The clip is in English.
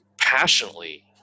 passionately